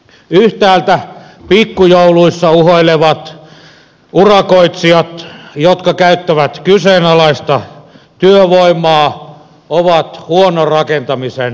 yhtäältä pikkujouluissa uhoilevat urakoitsijat jotka käyttävät kyseenalaista työvoimaa ovat huonon rakentamisen taustalla